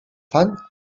fang